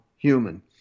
human